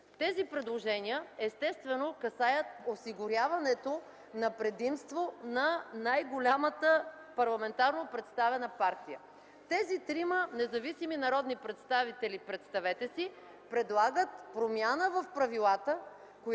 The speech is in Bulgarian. Тези предложения естествено касаят осигуряването на предимство на най-голямата парламентарно представена партия. Тези трима независими народни представители, представете си, предлагат промяна в правилата,